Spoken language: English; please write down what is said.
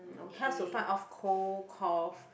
um it helps to fight off cold cough